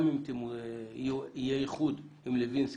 גם אם יהיה איחוד עם לוינסקי,